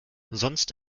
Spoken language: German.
sonst